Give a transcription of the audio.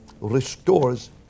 restores